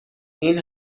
این